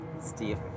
Steve